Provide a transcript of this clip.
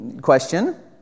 question